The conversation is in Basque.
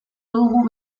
dugu